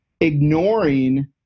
ignoring